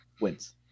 wins